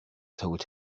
told